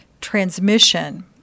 transmission